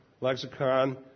lexicon